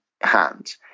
hand